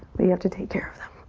but you have to take care of them.